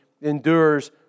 endures